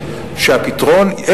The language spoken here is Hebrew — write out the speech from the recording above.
שהפתרון,